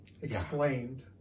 explained